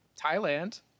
Thailand